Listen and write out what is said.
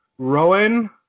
Rowan